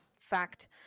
fact